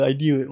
Idea